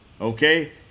Okay